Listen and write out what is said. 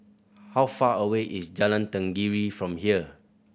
how far away is Jalan Tenggiri from here